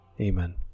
Amen